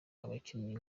abakinnyi